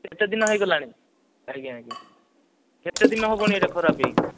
କେତେ ଦିନ ହୋଇଗଲାଣି ଆଜ୍ଞା ଆଜ୍ଞା କେତେ ଦିନ ହବଣି ଏଇଟା ଖରାପ ହେଇକି